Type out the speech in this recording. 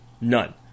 None